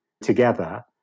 together